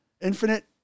Infinite